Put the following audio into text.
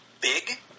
big